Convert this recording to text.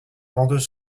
vendeuse